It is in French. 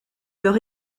leur